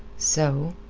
so?